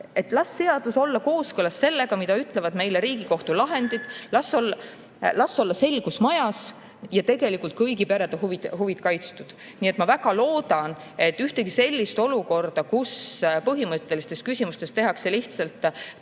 ei, las seadus olla kooskõlas sellega, mida ütlevad meile Riigikohtu lahendid. Las olla selgus majas ja tegelikult kõigi perede huvid kaitstud. Nii et ma väga loodan, et ühtegi sellist olukorda, kus põhimõttelistes küsimustes tehakse lihtsalt